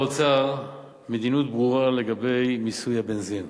מדיניות ברורה לגבי מיסוי הבנזין,